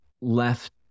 left